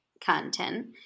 content